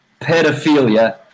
pedophilia